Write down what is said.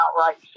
outright